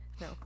No